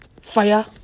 fire